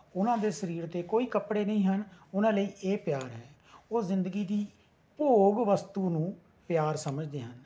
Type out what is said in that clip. ਉਹਨਾਂ ਦੇ ਸਰੀਰ 'ਤੇ ਕੋਈ ਕਪੜੇ ਨਹੀਂ ਹਨ ਉਹਨਾਂ ਲਈ ਇਹ ਪਿਆਰ ਹੈ ਉਹ ਜ਼ਿੰਦਗੀ ਦੀ ਭੋਗ ਵਸਤੂ ਨੂੰ ਪਿਆਰ ਸਮਝਦੇ ਹਨ